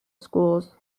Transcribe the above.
schools